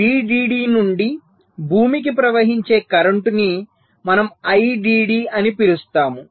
VDD నుండి భూమికి ప్రవహించే కరెంటు ని మనము IDD అని పిలుస్తాము